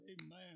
Amen